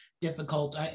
difficult